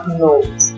note